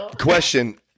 Question